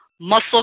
muscle